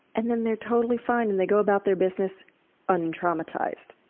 and then they're totally fine and they go about their business untraumatized.